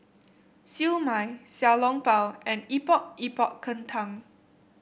Siew Mai Xiao Long Bao and Epok Epok Kentang